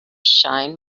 shine